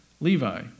Levi